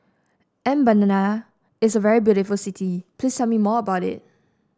Mbabana is a very beautiful city please tell me more about it